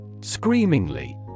Screamingly